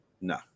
no